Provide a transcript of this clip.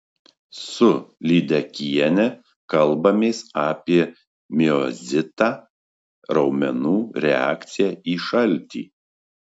su lydekiene kalbamės apie miozitą raumenų reakciją į šaltį